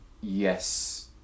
Yes